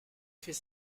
fait